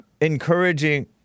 encouraging